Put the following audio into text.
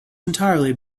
entirely